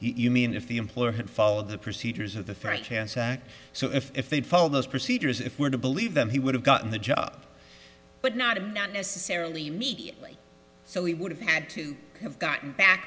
proceeding you mean if the employer had followed the procedures of the first chance act so if they'd follow those procedures if we're to believe them he would have gotten the job but not him not necessarily immediately so he would have had to have gotten back